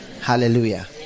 Hallelujah